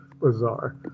bizarre